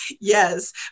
Yes